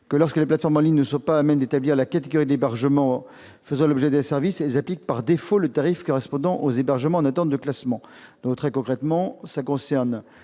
que, lorsque les plateformes en ligne ne sont pas à même d'établir la catégorie de l'hébergement faisant l'objet de leur service, elles appliquent par défaut le tarif correspondant aux hébergements en attente de classement ou sans classement. Il arrive